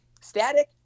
static